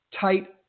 tight